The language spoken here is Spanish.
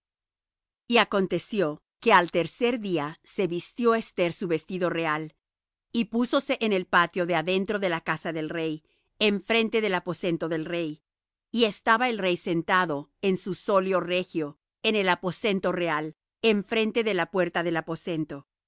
y acontecio que al tercer día se vistió esther su vestido real y púsose en el patio de adentro de la casa del rey enfrente del aposento del rey y estaba el rey sentado en su solio regio en el aposento real enfrente de la puerta del aposento y